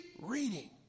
reading